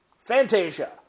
Fantasia